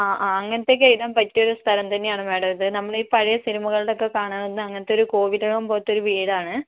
ആ ആ അങ്ങനത്തെയൊക്കെ ഇടാൻ പറ്റിയൊരു സ്ഥലം തന്നെയാണ് മാഡം ഇത് നമ്മൾ ഈ പഴയ സിനിമകളിലൊക്കെ കാണാവുന്ന അങ്ങനത്തെ ഒരു കോവിലകം പോലത്തെ ഒരു വീടാണ്